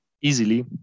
easily